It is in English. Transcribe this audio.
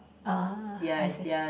ah I say